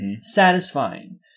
Satisfying